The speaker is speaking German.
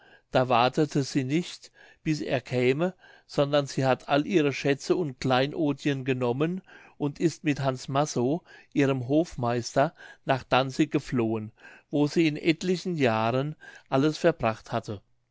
da wartete sie nicht bis er käme sondern sie hat alle ihre schätze und kleinodien genommen und ist mit hans massow ihrem hofmeister nach danzig geflohen wo sie in etlichen jahren alles verbracht hatte